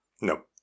No